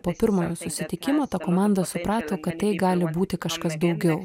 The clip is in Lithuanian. po pirmojo susitikimo ta komanda suprato kad tai gali būti kažkas daugiau